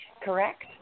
Correct